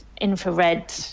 infrared